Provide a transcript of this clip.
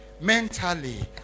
mentally